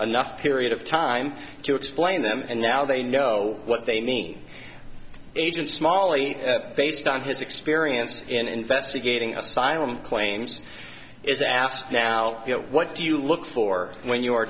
enough period of time to explain them and now they know what they mean agent smally based on his experience in investigating asylum claims is asked now what do you look for when you are